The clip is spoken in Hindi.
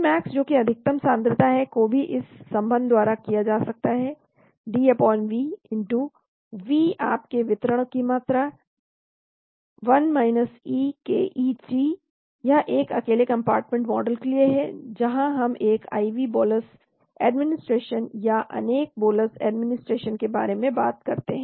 Cmax जो कि अधिकतम सांद्रता है को भी इस संबंध द्वारा दिया जा सकता है DV V आपके वितरण की मात्रा 1 e ke t यह एक अकेले कम्पार्टमेंट मॉडल के लिए है जहाँ हम एक IV बोलस एडमिनिस्ट्रेशन या अनेक बोलस एडमिनिस्ट्रेशन के बारे में बात करते हैं